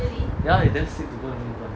ya it's damn sick to go in main branch